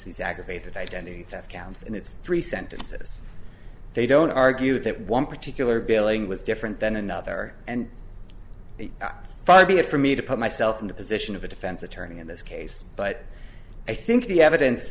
aggravated identity theft counts and it's three sentences they don't argue that one particular billing was different than another and far be it for me to put myself in the position of a defense attorney in this case but i think the evidence